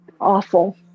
awful